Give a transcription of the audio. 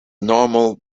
normal